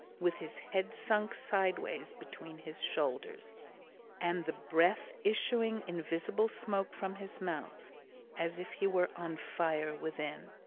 with his head sunk sideways between his shoulders and the breath issuing in visible smoke from his mouth as if he were on fire within.